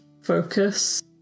focus